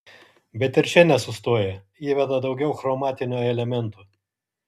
bet ir čia nesustoja įveda daugiau chromatinio elemento